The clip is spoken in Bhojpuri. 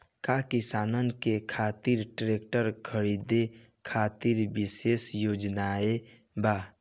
का किसानन के खातिर ट्रैक्टर खरीदे खातिर विशेष योजनाएं बा?